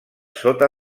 sota